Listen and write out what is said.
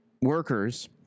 workers